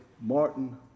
Martin